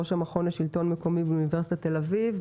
ראש המכון לשלטון מקומי באוניברסיטת תל אביב.